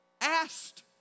asked